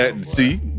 See